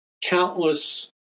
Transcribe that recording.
countless